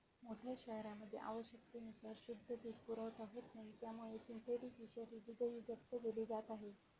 मोठ्या शहरांमध्ये आवश्यकतेनुसार शुद्ध दूध पुरवठा होत नाही त्यामुळे सिंथेटिक विषारी दूधही जप्त केले जात आहे